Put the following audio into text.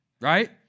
right